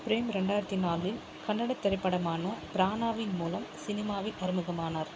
frame ரெண்டாயிரத்து நாலில் கன்னட திரைப்படமான பிரானாவின் மூலம் சினிமாவில் அறிமுகமானார்